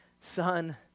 son